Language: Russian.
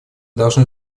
должны